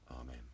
Amen